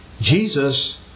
Jesus